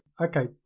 Okay